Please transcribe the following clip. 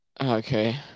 Okay